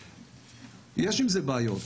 יש עם זה בעיות,